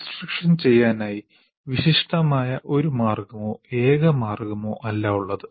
instruction ചെയ്യാനായി വിശിഷ്ടമായ ഒരു മാർഗ്ഗമോ ഏക മാർഗ്ഗമോ അല്ല ഉള്ളത്